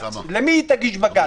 למי תגיש בג"ץ?